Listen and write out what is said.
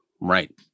Right